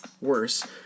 worse